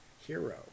hero